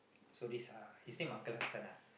so this uh his name uncle Hassan ah